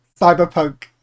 cyberpunk